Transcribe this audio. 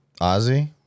Ozzy